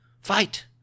Fight